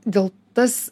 dėl tas